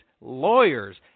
lawyers